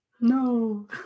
No